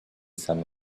some